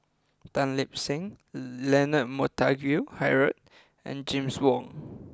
Tan Lip Seng Leonard Montague Harrod and James Wong